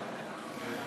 לשעבר,